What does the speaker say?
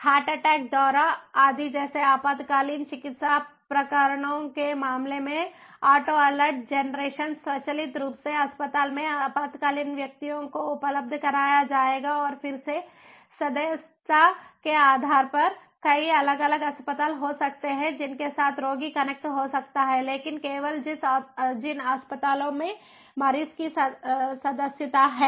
heart attack दौरा आदि जैसे आपातकालीन चिकित्सा प्रकरणों के मामले में ऑटो अलर्ट जेनरेशन स्वचालित रूप से अस्पताल में आपातकालीन व्यक्तियों को उपलब्ध कराया जाएगा और फिर से सदस्यता के आधार पर कई अलग अलग अस्पताल हो सकते हैं जिनके साथ रोगी कनेक्ट हो सकता है लेकिन केवल जिन अस्पतालों में मरीज की सदस्यता है